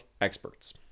experts